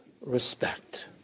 respect